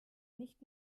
nicht